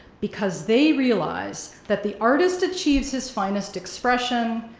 because they realize that the artist achieves his finest expression,